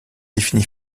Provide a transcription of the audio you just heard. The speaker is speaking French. défini